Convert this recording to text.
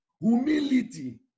Humility